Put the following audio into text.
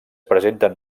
presenten